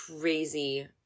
crazy